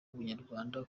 ubunyarwanda